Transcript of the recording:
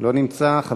לא נמצא.